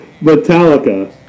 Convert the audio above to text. Metallica